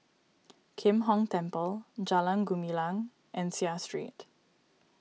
Kim Hong Temple Jalan Gumilang and Seah Street